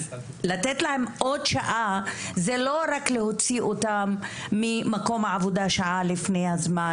אז לתת להם עוד שעה זה לא רק להוציא אותם ממקום העבודה שעה לפני הזמן